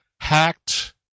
hacked